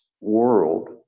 world